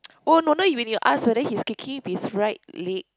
oh no wonder when you ask whether he's kicking with his right leg